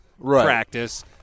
practice